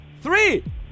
Three